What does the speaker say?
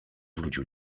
wrócił